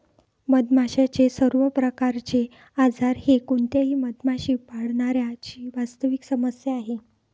मधमाशांचे सर्व प्रकारचे आजार हे कोणत्याही मधमाशी पाळणाऱ्या ची वास्तविक समस्या आहे